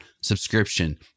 subscription